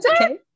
Okay